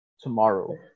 tomorrow